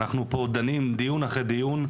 אנחנו פה דנים דיון אחרי דיון,